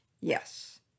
yes